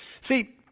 See